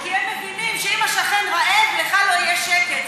כי הם מבינים שאם השכן רעב, לך לא יהיה שקט.